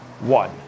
one